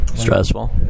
Stressful